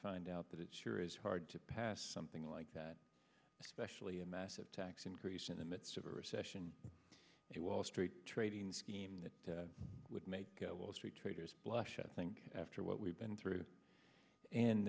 find out that it's here is hard to pass something like that especially a massive tax increase in the midst of a recession the wall street trading scheme that would make a wall street traders blush i think after what we've been through and